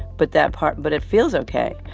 but that part but it feels ok,